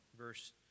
verse